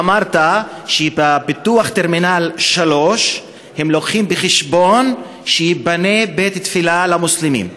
אמרת שבפיתוח טרמינל 3 הם מביאים בחשבון שייבנה בית-תפילה למוסלמים.